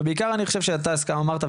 ובעיקר אני חושב שאתה אמרת,